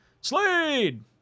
Slade